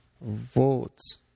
votes